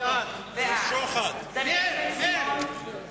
בעד דניאל בן-סימון,